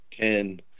ten